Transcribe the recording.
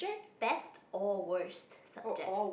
best or worst subject